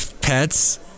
pets